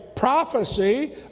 prophecy